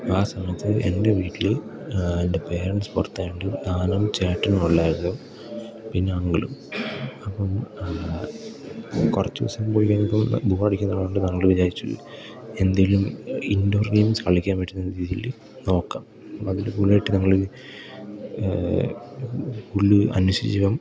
ആ സമയത്ത് എൻ്റെ വീട്ടിൽ എൻ്റെ പേരൻസ് പുറത്തായോണ്ട് ഞാനും ചേട്ടനും ഉള്ളായിരുന്നു പിന്നെ അങ്കിളും അപ്പം കുറച്ച് ദിവസം പോയി കഴിയുമ്പം ബോറടിക്കുന്നത് കൊണ്ട് നമ്മൾ വിചാരിച്ചു എന്തേലും ഇൻഡോർ ഗെയിംസ് കളിക്കാൻ പറ്റുന്ന രീതിയിൽ നോക്കാം അപ്പം അതിൽ കൂടുതലായിട്ട് ഞങ്ങൾ പുള്ളി അന്വേഷിച്ചപ്പം